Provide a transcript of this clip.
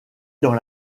dans